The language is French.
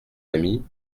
ami